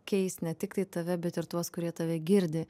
keis ne tiktai tave bet ir tuos kurie tave girdi